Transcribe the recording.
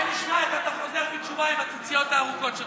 בוא נשמע אם אתה חוזר בתשובה עם הציציות הארוכות שלך.